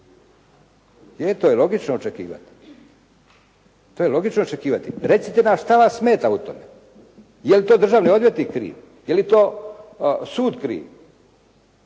Je, to je logično očekivati. To je logično očekivati. Recite nam šta vas smeta u tome. Je li to državni odvjetnik kriv? Je li to sud kriv?